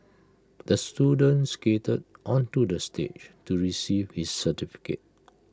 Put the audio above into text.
the student skated onto the stage to receive his certificate